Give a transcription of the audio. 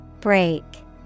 Break